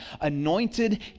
anointed